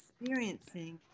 experiencing